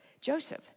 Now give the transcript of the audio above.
Joseph